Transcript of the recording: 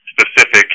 specific